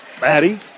Maddie